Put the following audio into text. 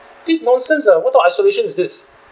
this nonsense uh what type of isolation is this